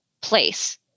place